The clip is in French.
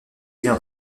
qu’il